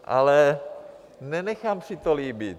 Ale nenechám si to líbit.